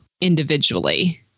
Individually